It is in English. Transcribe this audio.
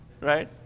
right